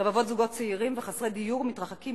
רבבות זוגות צעירים וחסרי דיור מתרחקים